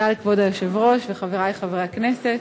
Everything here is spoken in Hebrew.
תודה לכבוד היושב-ראש וחברי חברי הכנסת,